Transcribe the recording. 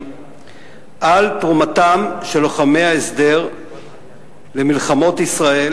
על תרומתם של לוחמי ההסדר למלחמות ישראל,